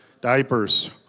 Diapers